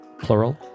plural